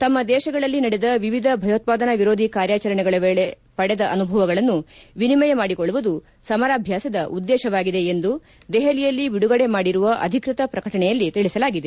ತಮ್ನ ದೇಶಗಳಲ್ಲಿ ನಡೆದ ವಿವಿಧ ಭಯೋತ್ಪಾದನಾ ವಿರೋಧಿ ಕಾರ್ಯಾಚರಣೆಗಳ ವೇಳೆ ಪಡೆದ ಅನುಭವಗಳನ್ನು ವಿನಿಮಯ ಮಾಡಿಕೊಳ್ಳುವುದು ಸಮರಾಭ್ಯಾಸದ ಉದ್ದೇಶವಾಗಿದೆ ಎಂದು ದೆಹಲಿಯಲ್ಲಿ ಬಿಡುಗಡೆ ಮಾಡಿರುವ ಅಧಿಕೃತ ಪ್ರಕಟಣೆಯಲ್ಲಿ ತಿಳಿಸಲಾಗಿದೆ